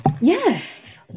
Yes